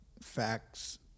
facts